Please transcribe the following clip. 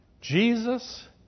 Jesus